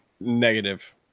Negative